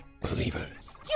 Believers